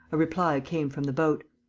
a reply came from the boat.